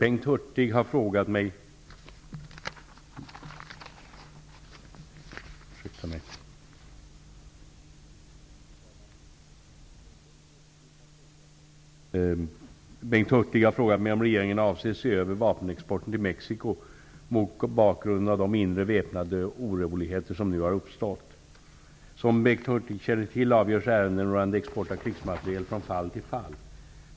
Fru talman! Bengt Hurtig har frågat mig om regeringen avser se över vapenexporten till Mexico mot bakgrund av de inre väpnade oroligheter som nu har uppstått. Som Bengt Hurtig känner till avgörs ärenden rörande export av krigsmateriel från fall till fall.